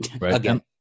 Again